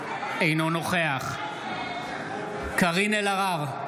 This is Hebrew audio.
אינו נוכח קארין אלהרר,